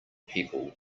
people